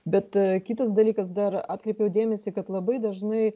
bet kitas dalykas dar atkreipiau dėmesį kad labai dažnai